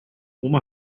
oma